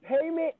payment